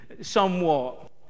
somewhat